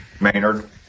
Maynard